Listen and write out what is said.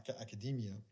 academia